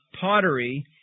pottery